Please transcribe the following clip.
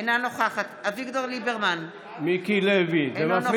אינה נוכחת אביגדור ליברמן, אינו נוכח